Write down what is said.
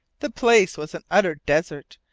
the place was an utter desert,